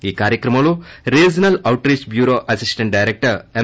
ఈ కార్యక్రమంలో regional outreach bureau assistant director ఎం